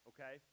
Okay